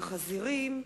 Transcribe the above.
החזירים,